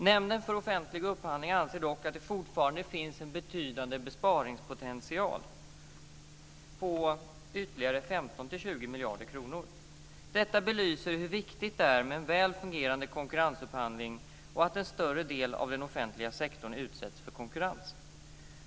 Nämnden för offentlig upphandling anser dock att det fortfarande finns en betydande besparingspotential på ytterligare 15-20 miljarder kronor. Detta belyser hur viktigt det är med en väl fungerande konkurrensupphandling och att en större del av den offentliga sektorn utsätts för konkurrens.